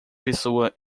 pessoa